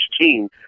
team